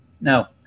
No